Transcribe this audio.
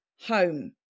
home